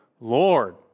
Lord